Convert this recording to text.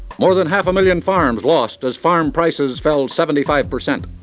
more than half a million farms lost as farm prices fell seventy five percent.